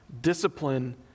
discipline